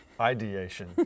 ideation